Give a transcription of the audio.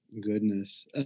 Goodness